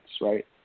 right